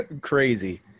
crazy